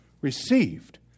received